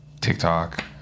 TikTok